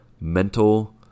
mental